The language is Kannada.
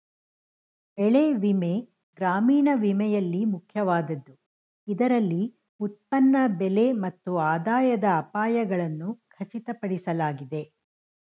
ಬೆಳೆ ವಿಮೆ ಗ್ರಾಮೀಣ ವಿಮೆಯಲ್ಲಿ ಮುಖ್ಯವಾದದ್ದು ಇದರಲ್ಲಿ ಉತ್ಪನ್ನ ಬೆಲೆ ಮತ್ತು ಆದಾಯದ ಅಪಾಯಗಳನ್ನು ಖಚಿತಪಡಿಸಲಾಗಿದೆ